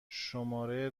شماره